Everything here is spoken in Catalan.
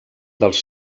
dels